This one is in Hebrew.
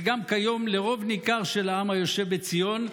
וגם כיום לרוב ניכר של העם היושב בציון,